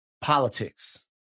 politics